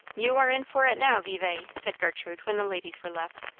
you are in for it now, vevay, said gertrude, when the ladies were left.